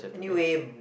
anywhere